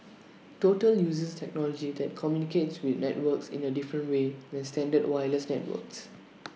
total uses technology that communicates with networks in A different way than standard wireless networks